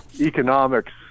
economics